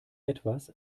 etwas